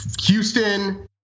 Houston